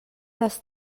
les